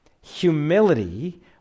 Humility